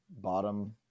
bottom